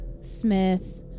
Smith